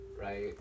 right